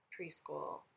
preschool